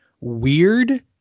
Weird